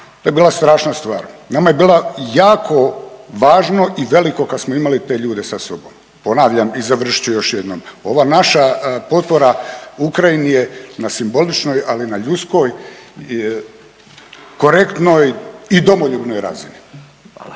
to je bila strašna stvar. Nama je bilo jako važno i veliko kada smo imali te ljude sa sobom. Ponavljam i završit ću još jednom. Ova naša potpora Ukrajini je na simboličnoj, ali na ljudskoj, korektnoj i domoljubnoj razini.